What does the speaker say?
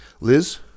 Liz